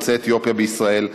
יוצאי אתיופיה בישראל.